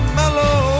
mellow